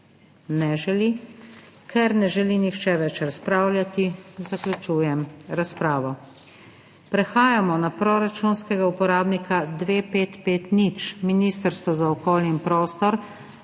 Ne. želi. Ker ne želi nihče več razpravljati, zaključujem razpravo. Prehajamo na proračunskega uporabnika 2550 Ministrstvo za okolje in prostor